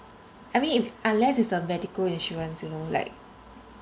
I mean if unless it's a medical insurance you know like